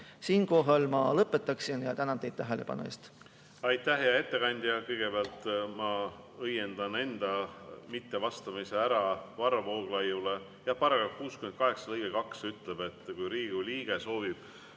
Siinkohal ma lõpetan. Tänan teid tähelepanu eest!